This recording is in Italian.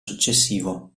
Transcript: successivo